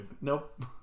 Nope